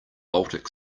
baltic